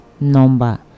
number